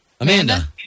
Amanda